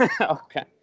okay